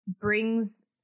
brings